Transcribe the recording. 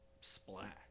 splash